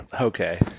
Okay